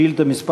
שאילתה מס'